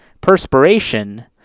perspiration